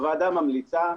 הוועדה ממליצה,